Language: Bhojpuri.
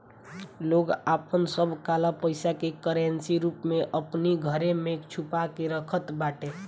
लोग आपन सब काला पईसा के करेंसी रूप में अपनी घरे में छुपा के रखत बाटे